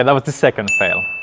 that was the second fail.